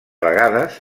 vegades